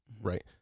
right